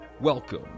Welcome